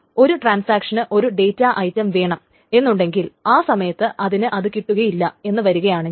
ഒരു ട്രാൻസാക്ഷന് ഒരു ഡേറ്റാ ഐറ്റം വേണം എന്നുണ്ടെങ്കിൽ ആ സമയത്ത് അതിന് അത് കിട്ടുകയില്ല എന്നു വരികയാണെങ്കിൽ